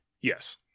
Yes